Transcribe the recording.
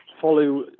follow